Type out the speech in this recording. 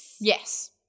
Yes